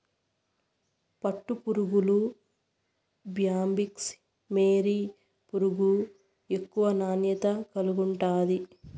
పట్టుపురుగుల్ల bombyx mori పురుగు ఎక్కువ నాణ్యత కలిగుండాది